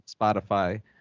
spotify